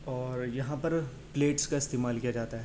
اور یہاں پر پلیٹس کا استعمال کیا جاتا ہے